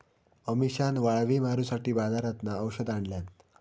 अमिशान वाळवी मारूसाठी बाजारातना औषध आणल्यान